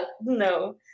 no